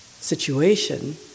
situation